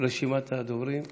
רשימת הדוברים הסתיימה.